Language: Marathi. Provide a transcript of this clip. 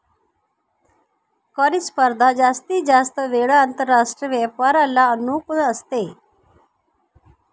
कर स्पर्धा जास्तीत जास्त वेळा आंतरराष्ट्रीय व्यापाराला अनुकूल असते